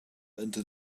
into